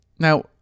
Now